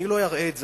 אני לא אראה את זה,